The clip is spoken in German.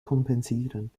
kompensieren